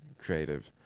creative